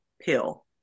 pill